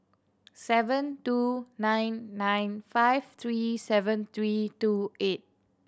seven two nine nine five three seven three two eight